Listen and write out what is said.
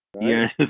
yes